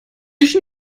ich